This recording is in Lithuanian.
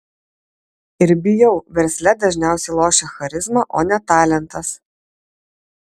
ir bijau versle dažniausiai lošia charizma o ne talentas